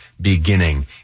Beginning